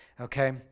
okay